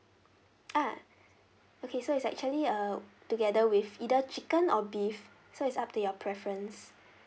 ah okay so is actually uh together with either chicken or beef so it's up to your preference